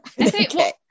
okay